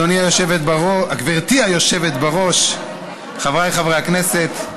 רבותיי, הודעה ליושב-ראש ועדת הכנסת.